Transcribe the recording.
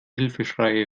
hilfeschreie